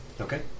Okay